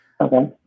Okay